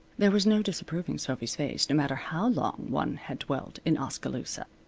there was no disapproving sophy's face, no matter how long one had dwelt in oskaloosa.